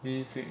knees weak